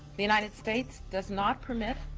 the united states does not permit,